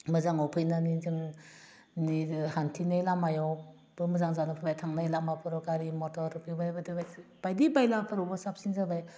मोजाङाव फैनानै जोंनि माने हान्थिनाय लामायावबो मोजां जाना थांबाय लामाफोराव गारि मटर बे बेबायदि बायदि बायलाफोरावबो साबसिन जाबाय